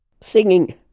Singing